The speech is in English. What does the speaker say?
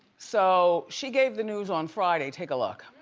so, she gave the news on friday, take a look.